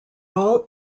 all